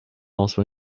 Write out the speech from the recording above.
also